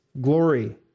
glory